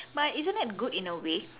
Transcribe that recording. but isn't that good in a way